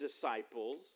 disciples